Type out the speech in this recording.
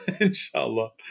Inshallah